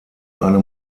eine